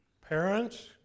Parents